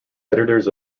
editors